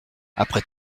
après